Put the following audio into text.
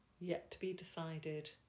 yet-to-be-decided